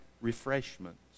refreshments